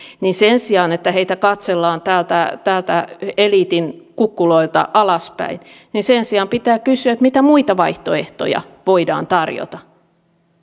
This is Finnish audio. niin sen sijaan että heitä katsellaan täältä täältä eliitin kukkuloilta alaspäin pitää kysyä mitä muita vaihtoehtoja voidaan tarjota